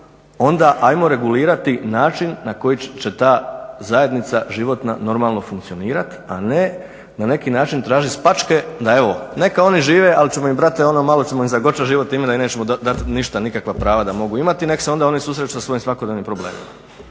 onda ajmo regulirati način na koji će ta zajednica životna normalno funkcionirati, a ne na neki način tražiti spačke da evo, neka oni žive, ali ćemo im brate, ono malo ćemo im zagorčati život time da im nećemo dati ništa, nikakva prava da mogu imati, neka se onda oni susreću sa svojim svakodnevnim problemima.